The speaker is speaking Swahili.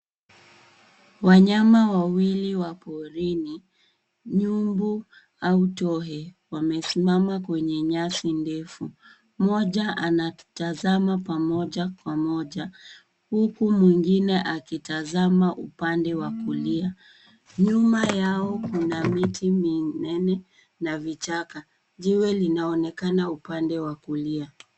Wanyama wawili wa porini nyumbu au ntohe wamesimama kwenye nyasi ndefu. Mmoja anatazama moja kwa moja huku mwingine akitazama upande wa kulia. Nyuma yao kuna miti mingine na vichaka. Jiwe linaonekana upande wa kulia.